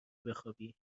بخوابی